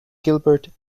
gilbert